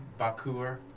Bakur